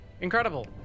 Incredible